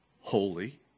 holy